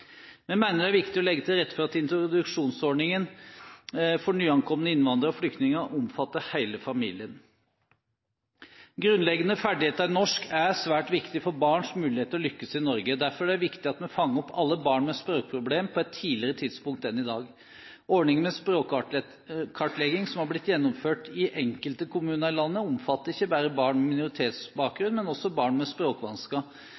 Vi mener det er viktig å legge til rette for at introduksjonsordningen for nyankomne innvandrere og flyktninger omfatter hele familien. Grunnleggende ferdigheter i norsk er svært viktig for barns mulighet til å lykkes i Norge. Derfor er det viktig at vi fanger opp alle barn med språkproblemer på et tidligere tidspunkt enn i dag. Ordningen med språkkartlegging, som har blitt gjennomført i enkelte kommuner i landet, omfatter ikke bare barn med